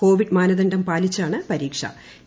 Covid മാനദണ്ഡം പാലിച്ചാണ് പരീക്ഷ്